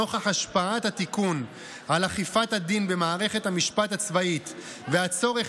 נוכח השפעת התיקון על אכיפת הדין במערכת המשפט הצבאית והצורך